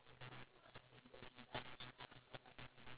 ya bats are edible they say it taste like chicken but nicer